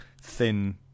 thin